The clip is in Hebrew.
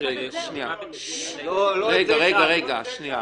לא את זה שאלנו.